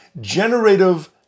generative